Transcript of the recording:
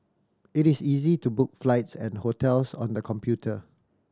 it is easy to book flights and hotels on the computer